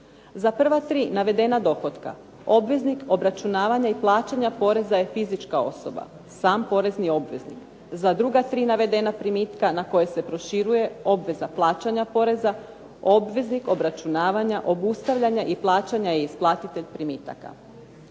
Za prva tri navedena dohotka obveznik obračunavanja i plaćanja poreza je fizička osoba, sam porezni obveznik. Za druga tri navedena primitka na koje se proširuje obveza plaćanja poreza, obveznik obračunavanja, obustavljanja i plaćanja je isplatitelj primitaka.